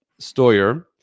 Stoyer